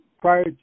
prior